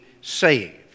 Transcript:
saved